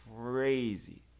Crazy